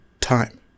time